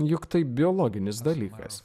juk tai biologinis dalykas